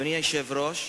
אדוני היושב-ראש,